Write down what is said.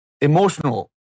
emotional